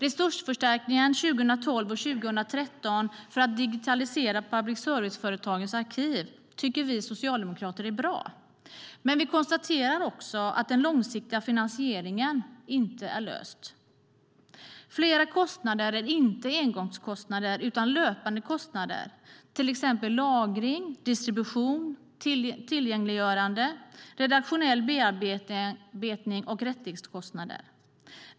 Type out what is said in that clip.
Resursförstärkningen 2012 och 2013 för att digitalisera public service-företagens arkiv tycker vi socialdemokrater är bra, men vi konstaterar också att den långsiktiga finansieringen inte är löst. Flera kostnader är inte engångskostnader utan löpande kostnader, till exempel lagring, distribution, tillgängliggörande, redaktionell bearbetning och rättighetskostnader.